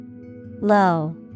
Low